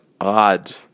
odd